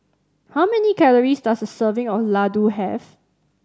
how many calories does a serving of Ladoo have